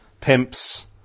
pimps